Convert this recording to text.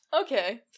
Okay